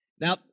Now